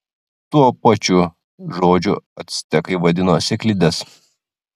tuo pačiu žodžiu actekai vadino sėklides